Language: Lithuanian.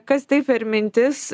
kas tai per mintis